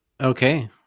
okay